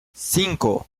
cinco